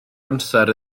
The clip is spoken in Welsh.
amser